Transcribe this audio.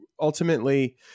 ultimately